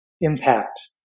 impact